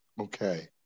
okay